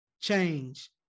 change